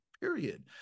Period